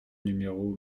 numéro